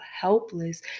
helpless